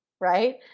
right